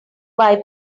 buy